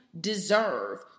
deserve